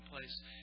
place